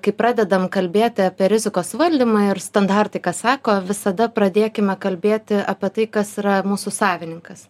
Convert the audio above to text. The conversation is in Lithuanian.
kai pradedam kalbėti apie rizikos valdymą ir standartai ką sako visada pradėkime kalbėti apie tai kas yra mūsų savininkas